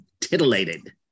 titillated